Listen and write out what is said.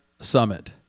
Summit